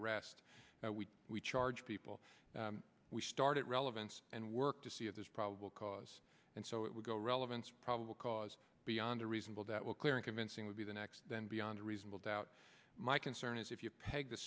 arrest we we charge people we started relevance and work to see if there's probable cause and so it will go relevance probable cause beyond a reasonable that will clear and convincing would be the next then beyond a reasonable doubt my concern is if you peg the